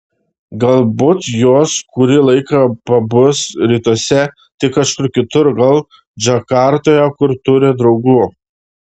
galbūt jos kurį laiką pabus rytuose tik kažkur kitur gal džakartoje kur turi draugų